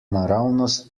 naravnost